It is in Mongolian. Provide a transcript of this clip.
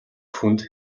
хүнд